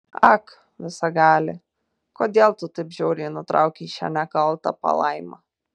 ak visagali kodėl tu taip žiauriai nutraukei šią nekaltą palaimą